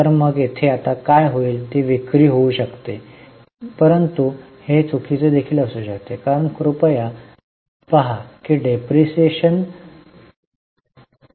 तर मग तेथे काय होईल ते विक्री होऊ शकते परंतु ते आहे चुकीचे देखील असू शकते कारण कृपया पहा की डेप्रिसिएशन ठीक आहे